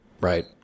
Right